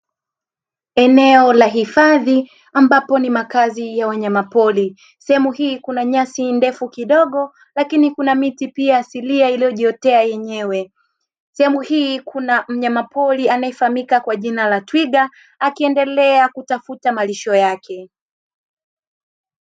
Eneo la hifadhi ambapo ni makazi ya wanyama pori, sehemu hii kuna nyasi ndefu kidogo lakini kuna miti pia asilia iliyojiotea yenyewe. Sehemu hii kuna mnyamapori anayefahamika kwa jina la twiga akiendelea kutafuta malisho yake.